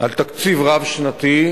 על תקציב רב-שנתי,